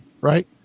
right